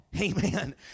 Amen